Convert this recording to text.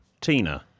Tina